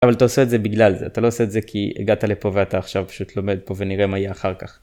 אבל אתה עושה את זה בגלל זה, אתה לא עושה את זה כי הגעת לפה ואתה עכשיו פשוט לומד פה ונראה מה יהיה אחר כך.